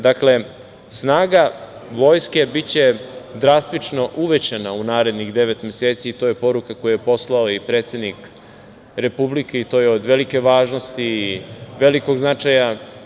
Dakle, snaga Vojske biće drastično uvećana u narednih devet meseci i to je poruka koju je poslao i predsednik Republike i to je od velike važnosti i velikog značaja.